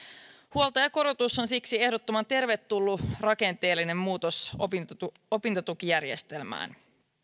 huoltajakorotus on siksi ehdottoman tervetullut rakenteellinen muutos opintotukijärjestelmään